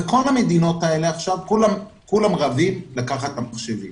בכל המדינות האלה עכשיו כולם רבים לקחת מחשבים.